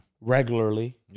regularly